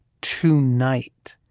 tonight